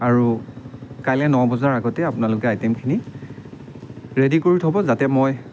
আৰু কাইলৈ ন বজাৰ আগতে আপোনালোকে আইটেমখিনি ৰেডী কৰি থ'ব যাতে মই